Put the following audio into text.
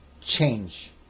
change